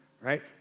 right